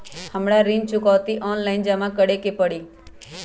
हमरा ऋण चुकौती ऑनलाइन जमा करे के परी?